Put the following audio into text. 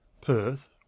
Perth